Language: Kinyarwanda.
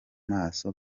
maso